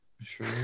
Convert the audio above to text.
Sure